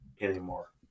anymore